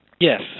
Yes